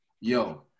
Yo